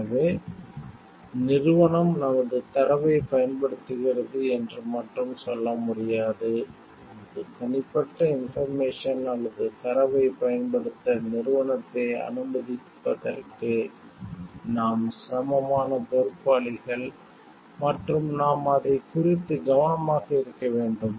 எனவே நிறுவனம் நமது தரவைப் பயன்படுத்துகிறது என்று மட்டும் சொல்ல முடியாது நமது தனிப்பட்ட இன்போர்மேசன் அல்லது தரவைப் பயன்படுத்த நிறுவனத்தை அனுமதிப்பதற்கு நாம் சமமான பொறுப்பாளிகள் மற்றும் நாம் அதைக் குறித்து கவனமாக இருக்க வேண்டும்